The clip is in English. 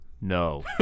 No